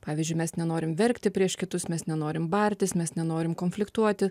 pavyzdžiui mes nenorim verkti prieš kitus mes nenorim bartis mes nenorim konfliktuoti